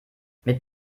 mit